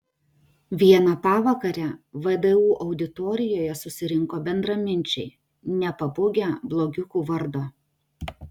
vieną pavakarę vdu auditorijoje susirinko bendraminčiai nepabūgę blogiukų vardo